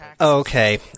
Okay